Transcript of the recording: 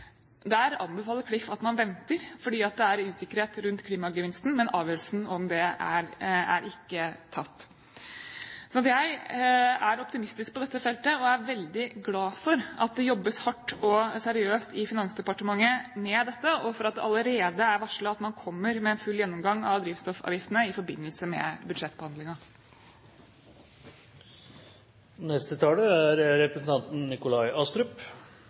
Der anbefaler Klif at man venter, fordi det er usikkerhet rundt klimagevinsten, men avgjørelsen om det er ikke tatt. Jeg er optimistisk på dette feltet, og jeg er veldig glad for at det jobbes hardt og seriøst i Finansdepartementet med dette, og for at det allerede er varslet at man kommer med en full gjennomgang av drivstoffavgiftene i forbindelse med